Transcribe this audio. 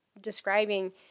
describing